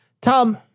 Tom